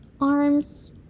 arms